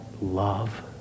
love